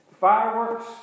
Fireworks